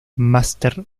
máster